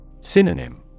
Synonym